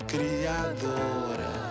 Criadora